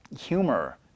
humor